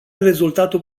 rezultatul